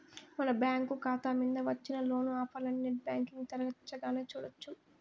మన బ్యాంకు కాతా మింద వచ్చిన లోను ఆఫర్లనీ నెట్ బ్యాంటింగ్ తెరచగానే సూడొచ్చు